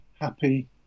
happy